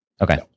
Okay